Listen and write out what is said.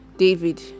David